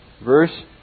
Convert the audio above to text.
Verse